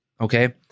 Okay